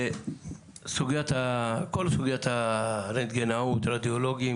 כל סוגיית הרנטגנאות, רדיולוגים